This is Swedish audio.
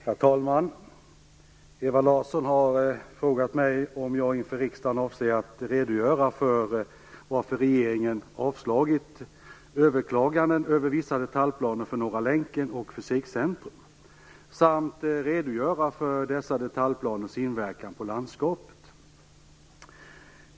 Herr talman! Ewa Larsson har frågat mig om jag inför riksdagen avser att redogöra för varför regeringen avslagit överklaganden över vissa detaljplaner för Norra länken och Fysikcentrum samt redogöra för dessa detaljplaners inverkan på landskapet.